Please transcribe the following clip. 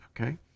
okay